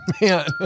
man